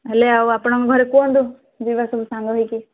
ହେଲେ ଆଉ ଆପଣଙ୍କ ଘରେ କୁହନ୍ତୁ ଯିବା ସବୁ ସାଙ୍ଗ ହେଇକି